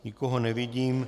Nikoho nevidím.